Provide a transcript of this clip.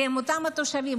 כי אותם תושבים,